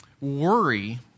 worry